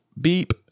beep